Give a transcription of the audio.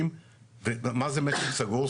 מה הוא משק סגור?